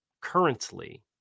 currently